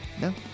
no